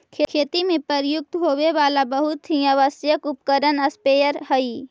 खेती में प्रयुक्त होवे वाला बहुत ही आवश्यक उपकरण स्प्रेयर हई